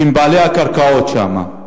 שהם בעלי הקרקעות שם.